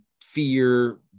fear